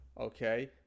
Okay